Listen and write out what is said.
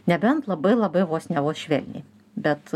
nebent labai labai vos ne vos švelniai bet